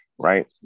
right